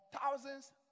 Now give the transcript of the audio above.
thousands